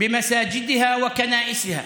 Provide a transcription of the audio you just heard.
על מסגדיה וכנסיותיה